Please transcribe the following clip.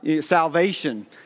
salvation